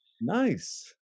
Nice